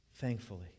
thankfully